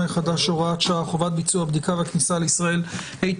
החדש (הוראת שעה) (חובת ביצוע בדיקה בכניסה לישראל) (תיקון מס' 9),